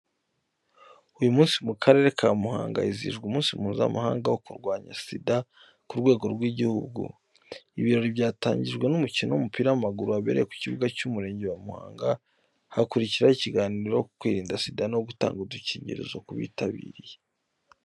Uyu munsi, mu Karere ka Muhanga, hizihijwe umunsi mpuzamahanga wo kurwanya SIDA ku rwego rw’igihugu. Ibirori byatangijwe n’umukino w’umupira w’amaguru wabereye ku kibuga cy’Umurenge wa Muhanga, hakurikiraho ikiganiro ku kwirinda SIDA no gutanga udukingirizo ku bitabiriye.